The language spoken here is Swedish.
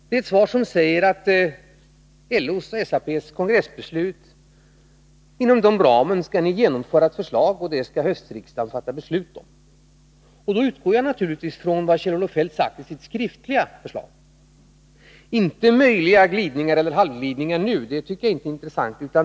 Det är ett svar som säger att ni inom ramen för LO:s och SAP:s kongressbeslut skall genomföra ett förslag som höstriksdagen skall fatta beslut om. Då utgår jag naturligtvis från vad Kjell-Olof Feldt har sagt i sitt skriftliga förslag, inte i möjliga glidningar eller halvglidningar nu, som jag tycker är ointressanta.